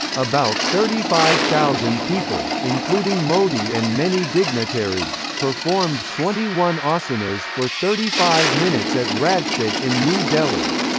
about thirty five thousand people, including modi and many dignitaries, performed twenty one ah asanas for thirty five minutes at rajpath in new delhi.